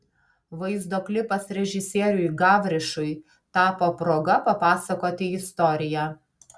vaizdo klipas režisieriui gavrišui tapo proga papasakoti istoriją